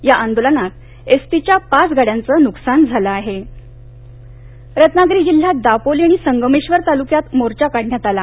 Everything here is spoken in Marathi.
या आंदोलनात एसटीच्या पाच गाड्यांचं नुकसान झालं आहे रवागिरी जिल्ह्यात दापोली आणि संगमेश्वर तालुक्यात मोर्चा काढण्यात आला